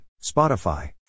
Spotify